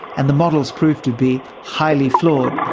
and the models proved to be highly flawed.